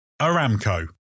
Aramco